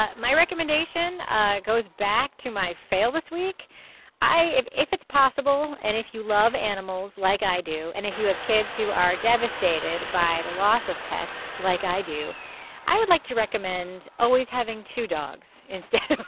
ah my recommendation goes back to my fail this week i if if it's possible and if you love animals like i do and if you have kids who are devastated by the loss of pets like i do i would like to recommend always having two dogs instead